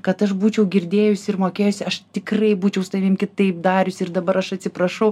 kad aš būčiau girdėjusi ir mokėjusi aš tikrai būčiau su tavim kitaip dariusi ir dabar aš atsiprašau